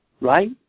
right